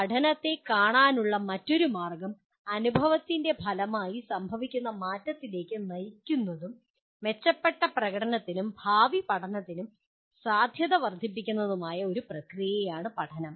പഠനത്തെ കാണാനുള്ള മറ്റൊരു മാർഗ്ഗം അനുഭവത്തിൻ്റെ ഫലമായി സംഭവിക്കുന്ന മാറ്റത്തിലേക്ക് നയിക്കുന്നതും മെച്ചപ്പെട്ട പ്രകടനത്തിനും ഭാവി പഠനത്തിനും സാധ്യത വർദ്ധിപ്പിക്കുന്നതുമായ ഒരു പ്രക്രിയയാണ് പഠനം